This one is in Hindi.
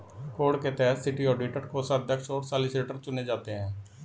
कोड के तहत सिटी ऑडिटर, कोषाध्यक्ष और सॉलिसिटर चुने जाते हैं